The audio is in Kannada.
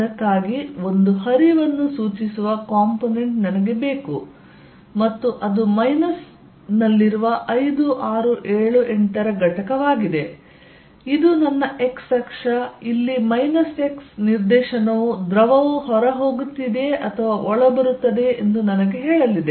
ಅದಕ್ಕಾಗಿ ಒಂದು ಹರಿವನ್ನು ಸೂಚಿಸುವ ಕಾಂಪೊನೆಂಟ್ ನನಗೆ ಬೇಕು ಮತ್ತು ಅದು ಮೈನಸ್ ನಲ್ಲಿರುವ 5 6 7 8 ರ ಘಟಕವಾಗಿದೆ ಇದು ನನ್ನ x ಅಕ್ಷ ಇಲ್ಲಿ x ನಿರ್ದೇಶನವು ದ್ರವವು ಹೊರಹೋಗುತ್ತಿದೆಯೇ ಅಥವಾ ಒಳ ಬರುತ್ತದೆಯೇ ಎಂದು ನನಗೆ ಹೇಳಲಿದೆ